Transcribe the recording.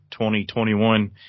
2021